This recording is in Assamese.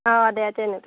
অঁ দে তেনে